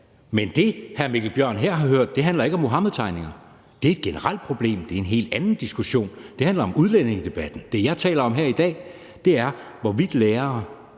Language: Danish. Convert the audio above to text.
Men det, hr. Mikkel Bjørn her har hørt, handler ikke om Muhammedtegningerne, for det er et generelt problem, og det er en helt anden diskussion. Det handler om udlændingedebatten. Det, jeg taler om her i dag, er, hvorvidt lærere